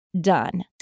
done